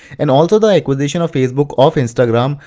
and also the acquisition of facebook of instagram,